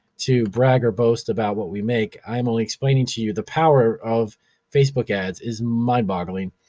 to brag or boast about what we make i'm only explaining to you the power of facebook ads is mind boggling.